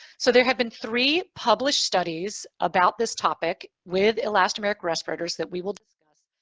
so there have been three published studies about this topic with elastomeric respirators that we will discuss.